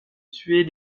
tuer